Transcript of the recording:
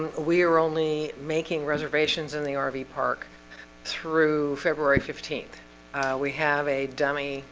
we are only making reservations in the ah rv park through february fifteenth we have a dummy